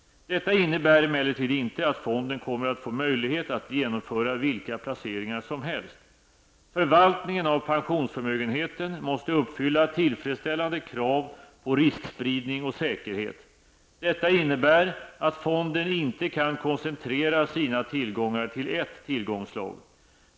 Detta innebär emellertid inte att fonden kommer att få möjlighet att genomföra vilka placeringar som helst. Förvaltningen av pensionsförmögenheten måste uppfylla tillfredsställande krav på riskspridning och säkerhet. Detta innebär att fonden inte kan koncentrera sina tillgångar till ett tillgångsslag.